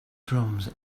drums